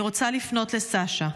אני רוצה לפנות לסשה.